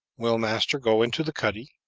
will master go into the cuddy?